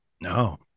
No